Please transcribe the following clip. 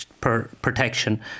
protection